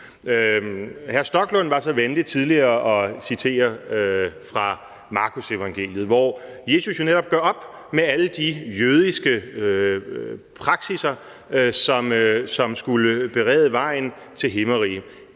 Rasmus Stoklund var så venlig tidligere at citere fra Markusevangeliet, hvor Jesus jo netop gør op med alle de jødiske praksisser, som skulle berede vejen til himmerige.